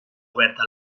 oberta